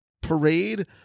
parade